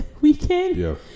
weekend